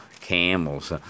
camels